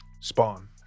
Spawn